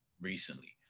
recently